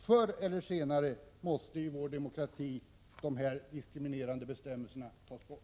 Förr eller senare måste i vår demokrati dessa diskriminerande bestämmelser tas bort.